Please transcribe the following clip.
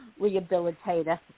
rehabilitator